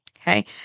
Okay